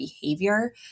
behavior